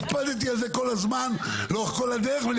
הקפדתי על זה כל הזמן לאורך כל הדרך ואני